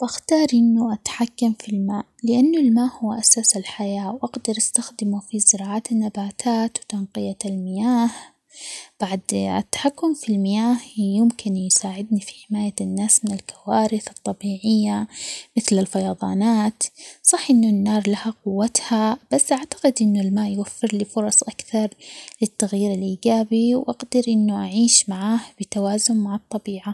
واختار إنه أتحكم في الماء ؛لأنه الماء هو أساس الحياة ،وأقدر استخدمه في زراعة النباتات، وتنقية المياه، بعد التحكم في المياه يمكن يساعدني في حماية الناس من الكوارث الطبيعية، مثل الفيضانات ،صح إن النار لها قوتها بس أعتقد إن الماء يوفر لي فرص أكثر للتغيير الإيجابي، وأقدر إنه أعيش معاه بتوازن مع الطبيعة.